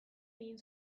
egin